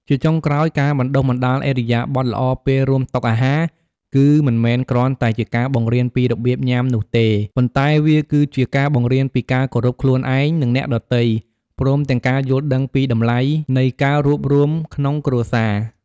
ជាចុងក្រោយការបណ្តុះបណ្តាលឥរិយាបថល្អពេលរួមតុអាហារ គឺមិនមែនគ្រាន់តែជាការបង្រៀនពីរបៀបញ៉ាំនោះទេ ប៉ុន្តែវាគឺជាការបង្រៀនពីការគោរពខ្លួនឯង និងអ្នកដទៃ ព្រមទាំងការយល់ដឹងពីតម្លៃនៃការរួបរួមក្នុងគ្រួសារ។